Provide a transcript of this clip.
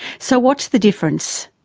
so what's the difference?